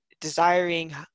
desiring